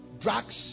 drugs